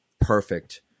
perfect